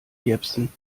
jepsen